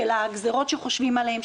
של הגזירות שחושבים עליהן,